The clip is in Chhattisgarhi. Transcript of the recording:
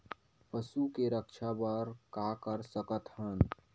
पशु के रक्षा बर का कर सकत हन?